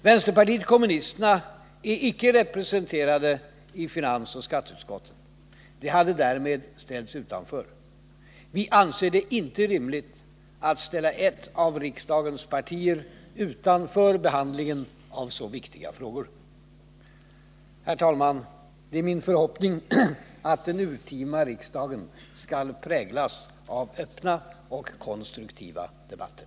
Vänsterpartiet kommunisterna är icke representerat i finansoch skatteutskotten. Det hade därmed ställts utanför. Vi anser det inte rimligt att ställa ett av riksdagens partier utanför behandlingen av så viktiga frågor. Herr talman! Det är min förhoppning att det urtima riksmötet skall präglas av öppna och konstruktiva debatter.